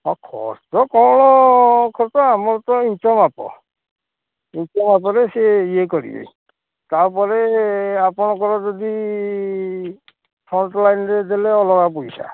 ହଁ ଖର୍ଚ୍ଚ କ'ଣ ଖର୍ଚ୍ଚ ଆମର ତ ଇଞ୍ଚ ମାପ ଇଞ୍ଚ ମାପରେ ସେ ଇଏ କରିବେ ତା'ପରେ ଆପଣଙ୍କର ଯଦି ଫ୍ରଣ୍ଟ ଲାଇନ୍ରେ ଦେଲେ ଅଲଗା ପଇସା